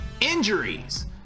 injuries